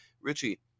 Richie